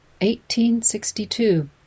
1862